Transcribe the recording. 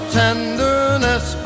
tenderness